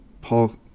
Paul